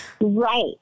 Right